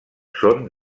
són